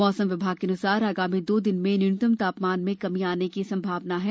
मौसम विभाग के अन्सार आगामी दो दिन में न्यूनतम तापमान में कमी आने की संभावना है